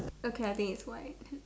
okay I think it's white